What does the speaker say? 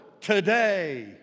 today